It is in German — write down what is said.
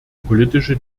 politische